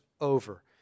over